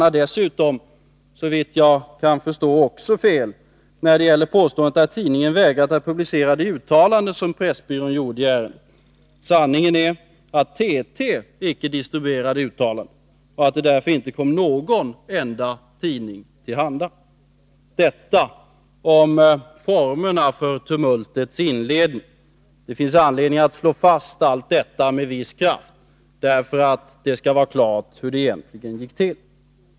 Utrikesministern har såvitt jag kan förstå fel också när han påstår att tidningen vägrat att publicera det uttalande som UD:s pressbyrå gjorde i ärendet. Sanningen är att TT icke distribuerade uttalandet och att det därför inte kom någon enda tidning till handa. — Detta om formerna för tumultets inledning. Det finns anledning att med viss kraft slå fast allt detta för att det skall vara klart hur det egentligen gick till.